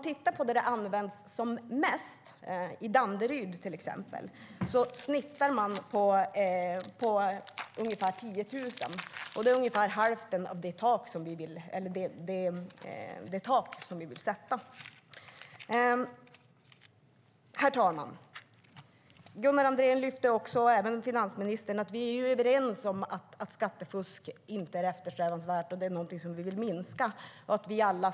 Där de används mest, till exempel i Danderyd, ligger genomsnittet på ungefär 10 000, och det är ungefär hälften av den summa som vi vill sätta som tak. Herr talman! Gunnar Andrén och även finansministern lyfte fram att vi är överens om att skattefusk inte är eftersträvansvärt utan någonting som vi vill minska.